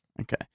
Okay